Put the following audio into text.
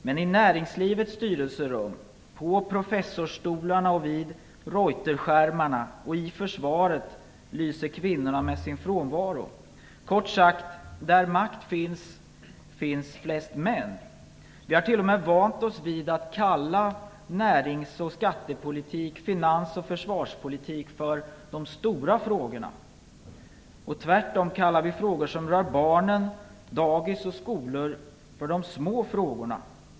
Men i näringslivets styrelserum, på professorsstolarna, vid Reuterskärmarna och i försvaret lyser kvinnorna med sin frånvaro. Kort sagt: där makt finns är det flest män. Vi har t.o.m. vant oss vid att kalla närings och skattepolitik, finans och försvarspolitik för de stora frågorna. Och tvärtom kallar vi frågor som rör barnen, dagis och skolan för de små frågorna.